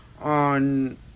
on